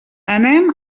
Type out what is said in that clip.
anem